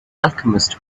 alchemist